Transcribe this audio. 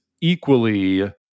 equally